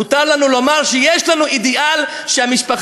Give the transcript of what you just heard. מותר לנו לומר שיש לנו אידיאל שהמשפחה